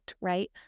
right